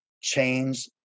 change